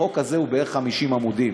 החוק הזה הוא בערך 50 עמודים,